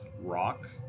rock